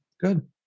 Good